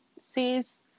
sees